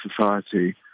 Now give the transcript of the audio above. society